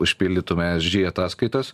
užpildytume esg ataskaitas